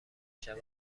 شود